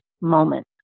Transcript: moment